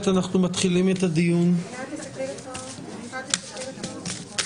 אנחנו נמצאים בדיון מעקב או דיון עקרוני בתופעת